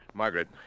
Margaret